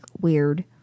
weird